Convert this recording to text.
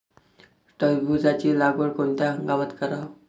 टरबूजाची लागवड कोनत्या हंगामात कराव?